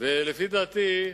לפי דעתי,